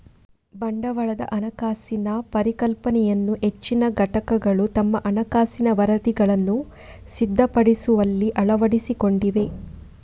ಬಂಡವಾಳದ ಹಣಕಾಸಿನ ಪರಿಕಲ್ಪನೆಯನ್ನು ಹೆಚ್ಚಿನ ಘಟಕಗಳು ತಮ್ಮ ಹಣಕಾಸಿನ ವರದಿಗಳನ್ನು ಸಿದ್ಧಪಡಿಸುವಲ್ಲಿ ಅಳವಡಿಸಿಕೊಂಡಿವೆ